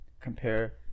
compare